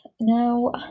Now